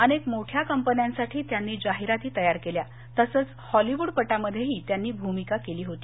अनेक मोठ्या कंपन्यांसाठी त्यांनी जाहिराती तयार केल्या तसंच हॉलीवूडपटामध्ये त्यांनी भूमिका केली होती